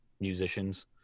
musicians